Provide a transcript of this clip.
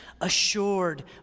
assured